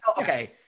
okay